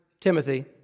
Timothy